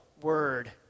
word